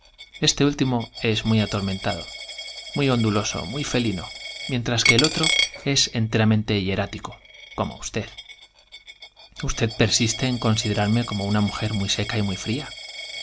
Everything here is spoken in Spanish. este último es muy atormentado muy ondulo so muy felino mientras que el otro es enteramente hierático c omo usted usted considerarme persiste en comouna mujer muy seca y muy fría